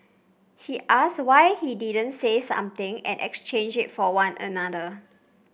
he asked why he didn't say something and exchange for one another